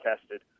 tested